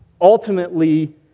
Ultimately